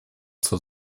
zur